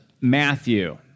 Matthew